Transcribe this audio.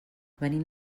venim